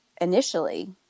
initially